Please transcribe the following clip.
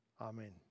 amen